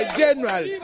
general